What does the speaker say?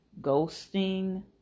ghosting